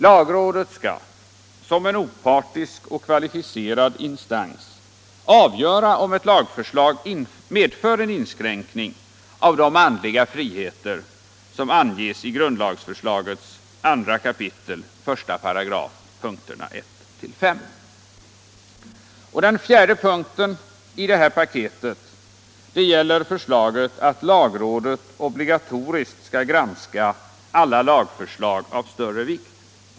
Lagrådet skall — som en opartisk och kvalificerad instans — avgöra om ett lagförslag medför en inskränkning av de andliga friheter som anges i grundlagsförslagets 2 kap. 18 punkterna 1-5. Den fjärde punkten i detta paket gäller förslaget att lagrådet obligatoriskt skall granska alla lagförslag av större vikt.